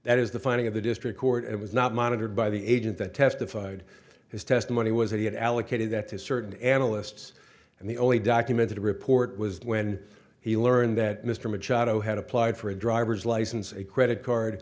that is the finding of the district court it was not monitored by the agent that testified his testimony was that he had allocated that to certain analysts and the only documented report was when he learned that mr machado had applied for a driver's license a credit card